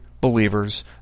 believers